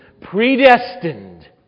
predestined